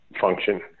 function